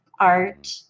art